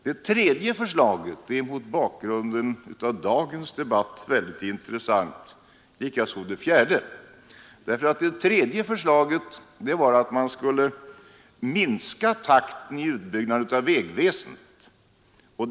Det tredje förslaget är mot bakgrunden av dagens tidigare debatter väldigt intressant, likaså det fjärde. Det tredje förslaget var nämligen att man skulle minska takten i utbyggnaden av vägväsendet.